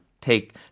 take